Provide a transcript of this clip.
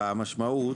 והמשמעות,